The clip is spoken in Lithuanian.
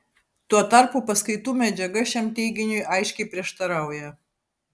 tuo tarpu paskaitų medžiaga šiam teiginiui aiškiai prieštarauja